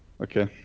Okay